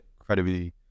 incredibly